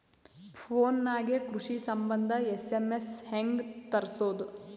Phone ನಾಗೆ ಕೃಷಿ ಸಂಬಂಧ ಎಸ್.ಎಮ್.ಎಸ್ ಹೆಂಗ ತರಸೊದ?